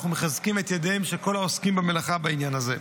אנחנו מחזקים את ידיהם של כל העוסקים במלאכה בעניין הזה.